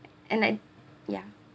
and like ya